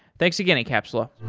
thanks again, encapsula